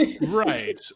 Right